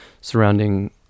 surrounding